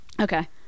Okay